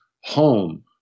home